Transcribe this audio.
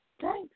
thanks